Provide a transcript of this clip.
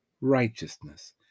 righteousness